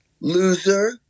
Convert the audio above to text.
Loser